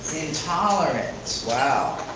intolerance. wow,